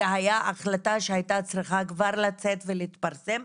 זאת הייתה החלטה שהייתה צריכה כבר לצאת ולהתפרסם.